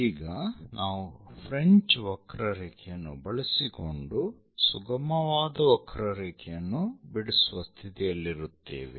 ಈಗ ನಾವು ಫ್ರೆಂಚ್ ವಕ್ರರೇಖೆಯನ್ನು ಬಳಸಿಕೊಂಡು ಸುಗಮವಾದ ವಕ್ರರೇಖೆಯನ್ನು ಬಿಡಿಸುವ ಸ್ಥಿತಿಯಲ್ಲಿರುತ್ತೇವೆ